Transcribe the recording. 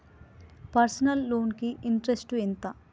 Personal loan కి interest ఎంత?